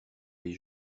les